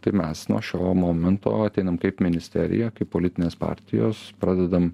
tai mes nuo šio momento ateinam kaip ministerija kaip politinės partijos pradedam